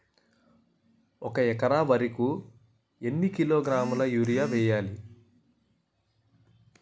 ఒక ఎకర వరి కు ఎన్ని కిలోగ్రాముల యూరియా వెయ్యాలి?